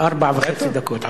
4.5 דקות.